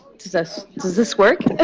does this does this work? yeah.